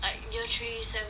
like year three sem